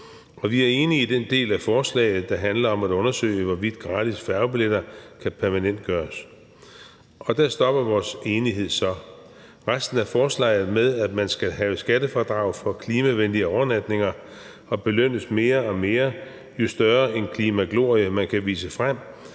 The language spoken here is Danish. vi er enige i den del af forslaget, der handler om at undersøge, hvorvidt gratis færgebilletter kan permanentgøres. Der stopper vores enighed så. Resten af forslaget om, at man skal have skattefradrag for klimavenlige overnatninger og belønnes mere og mere, jo større en klimaglorie man kan vise frem,